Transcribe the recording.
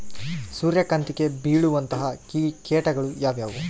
ಸೂರ್ಯಕಾಂತಿಗೆ ಬೇಳುವಂತಹ ಕೇಟಗಳು ಯಾವ್ಯಾವು?